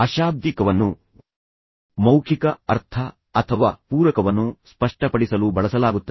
ಅಶಾಬ್ದಿಕವನ್ನು ಮೌಖಿಕ ಅರ್ಥ ಅಥವಾ ಪೂರಕವನ್ನು ಸ್ಪಷ್ಟಪಡಿಸಲು ಬಳಸಲಾಗುತ್ತದೆ